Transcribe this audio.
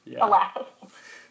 alas